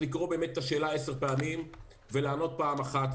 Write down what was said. לקרוא את השאלה עשר פעמים ולענות פעם אחת.